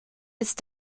ist